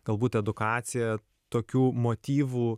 galbūt edukacija tokių motyvų